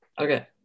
Okay